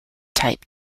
type